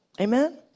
Amen